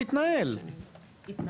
את צריכה להפעיל את כל כובד משקלך הפוליטי